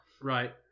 Right